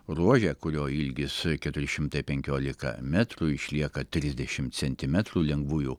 ruože kurio ilgis keturi šimtai penkiolika metrų išlieka trisdešimt centimetrų lengvųjų